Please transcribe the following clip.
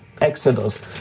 Exodus